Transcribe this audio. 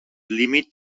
límit